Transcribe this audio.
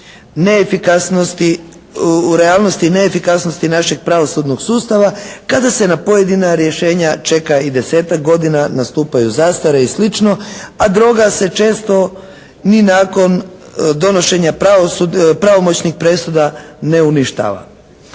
u realnosti neefikasnosti našeg pravosudnog sustava kada se na pojedina rješenja čeka i desetak godina, nastupaju zastare i slično a droga se često ni nakon donošenja pravomoćnih presuda ne uništava.